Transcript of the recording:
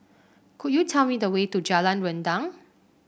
could you tell me the way to Jalan Rendang